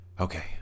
Okay